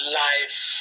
life